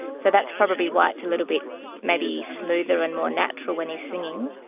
so that's probably why it's a little bit maybe smoother and more natural when he is singing.